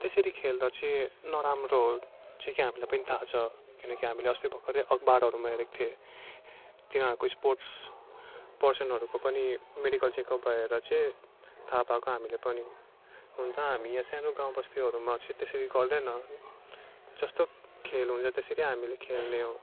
त्यसरी खेल्दा चाहिँ नराम्रो हो जो कि हामीलाई पनि थाह छ किनकि हामीले अस्ति भर्खरै अखबारहरूमा हेरेको थिएँ तिनीहरूको स्पोर्ट्स पर्सनहरूको पनि मेडिकल चेकअप भएर चाहिँ थाह पाएको हामीले पनि हुन त हामी यहाँ सानो गाउँबस्तीहरूमा चाहिँ त्यसरी गर्दैन जस्तो खेल हुन्छ त्यसरी हामीले खेल्ने हो